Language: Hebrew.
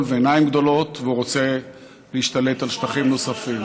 ועיניים גדולות והוא רוצה להשתלט על שטחים נוספים.